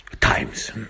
times